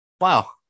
Wow